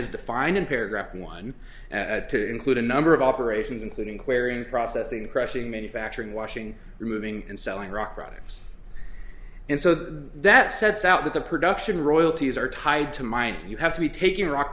is defined in paragraph one to include a number of operations including aquarian processing crashing manufacturing washing removing and selling rock products and so the that sets out the production royalties are tied to mine you have to be taking rock